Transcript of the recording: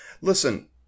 Listen